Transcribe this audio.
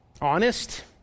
honest